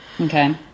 Okay